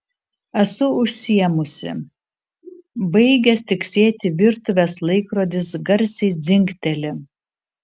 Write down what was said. esu užsiėmusi baigęs tiksėti virtuvės laikrodis garsiai dzingteli